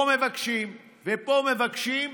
פה מבקשים ופה מבקשים,